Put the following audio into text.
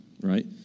right